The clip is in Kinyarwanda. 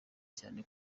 cyane